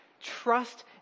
trust